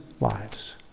lives